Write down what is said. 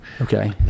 okay